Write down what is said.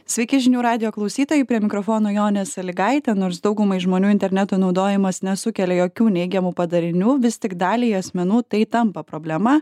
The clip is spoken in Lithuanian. sveiki žinių radijo klausytojai prie mikrofono jonė salygaitė nors daugumai žmonių interneto naudojimas nesukelia jokių neigiamų padarinių vis tik daliai asmenų tai tampa problema